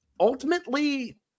Ultimately